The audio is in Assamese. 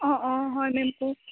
অ অ হয় মেম কওক